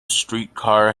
streetcar